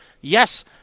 Yes